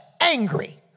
angry